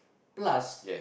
plus